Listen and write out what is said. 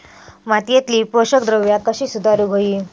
मातीयेतली पोषकद्रव्या कशी सुधारुक होई?